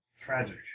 Tragic